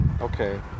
Okay